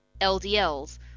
LDLs